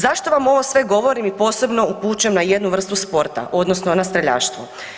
Zašto vam ovo sve govorim i posebno upućujem na jednu vrstu sporta, odnosno na streljaštvo?